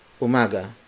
umaga